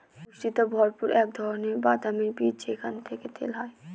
পুষ্টিতে ভরপুর এক ধরনের বাদামের বীজ যেখান থেকে তেল হয়